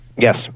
Yes